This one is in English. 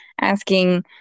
asking